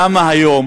למה היום